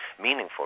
meaningful